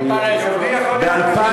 מותר ליושב-ראש, מותר ליושב-ראש.